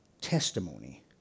testimony